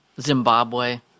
Zimbabwe